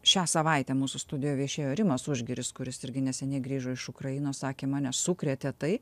šią savaitę mūsų studijoj viešėjo rimas užgiris kuris irgi neseniai grįžo iš ukrainos sakė mane sukrėtė tai